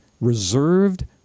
reserved